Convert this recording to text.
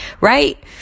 right